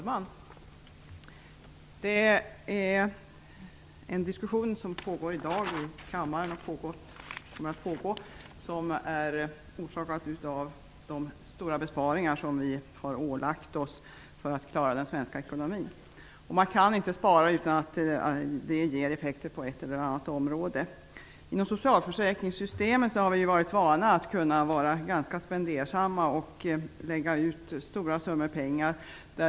Herr talman! Den diskussion som i dag pågår och som kommer att pågå i kammaren, är orsakad av de stora besparingar som vi har ålagt oss för att klara den svenska ekonomin. Man kan inte spara utan att det ger effekter på ett eller annat område. Inom socialförsäkringssystemen har vi varit vana vid att kunna vara ganska spendersamma och lägga ut stora summor.